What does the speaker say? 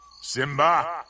Simba